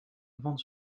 van